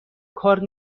کار